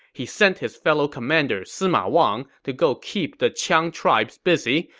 he sent his fellow commander sima wang to go keep the qiang tribes busy,